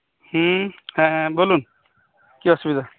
ᱦᱮᱸ ᱦᱮᱸ ᱵᱚᱞᱩᱱ ᱠᱤ ᱚᱥᱩᱵᱤᱫᱟ